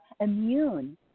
immune